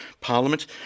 Parliament